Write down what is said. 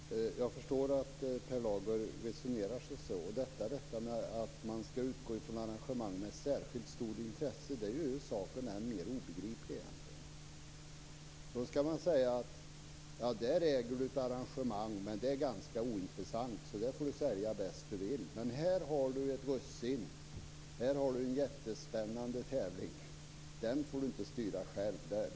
Fru talman! Jag förstår Per Lagers resonemang, men det förhållandet att man skall utgå från arrangemang av särskilt stort intresse gör egentligen saken än mer obegriplig. Man säger: Ganska ointressanta arrangemang får du sälja bäst du vill, men gäller det ett russin, en jättespännande tävling, får du inte styra själv.